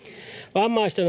vammaisten